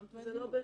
זה לא בחינם.